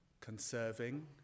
conserving